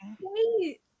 wait